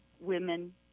women